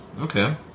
Okay